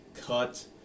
Cut